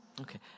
Okay